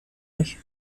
mich